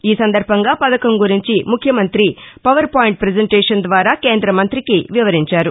ఈ సందర్బంగా పథకం గురించి ముఖ్యమంతి పవర్ పాయింట్ పజెంటేషన్ ద్వారా కేందమంతికి వివరించారు